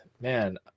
man